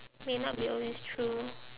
may not be always true